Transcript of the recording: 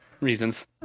reasons